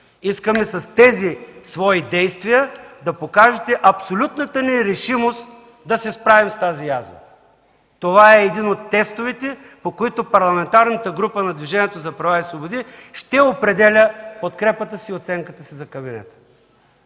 Искаме с тези свои действия да покажете абсолютната ни решимост да се справим с тази язва. Това е един от тестовете, по които Парламентарната група на Движението за права и свободи ще определя подкрепата си и оценката си за кабинета.